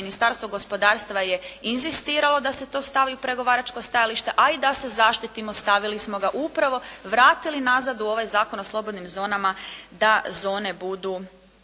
Ministarstvo gospodarstva je inzistiralo da se to stavi u pregovaračko stajalište, ali da se zaštitimo stavili smo ga upravo, vrati nazad u ovaj Zakon o slobodnim zonama da zone budu